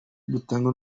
dutanga